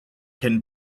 can